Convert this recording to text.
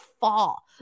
fall